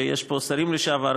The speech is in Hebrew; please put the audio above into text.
ויש פה שרים לשעבר,